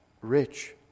rich